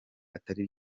atari